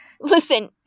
Listen